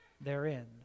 therein